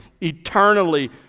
eternally